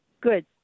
Good